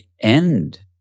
end